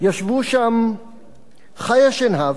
ישבו שם חיה שנהב,